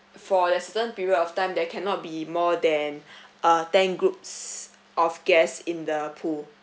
for the certain period of time there cannot be more than uh ten groups of guests in the pool